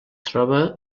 troba